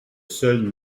seul